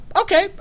Okay